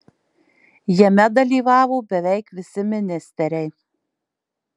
jame dalyvavo beveik visi ministeriai